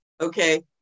okay